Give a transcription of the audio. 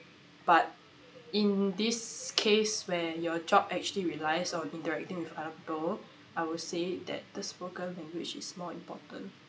but in this case where your job actually relies of interacting with other people I would say that the spoken language is more important